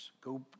go